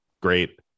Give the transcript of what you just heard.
great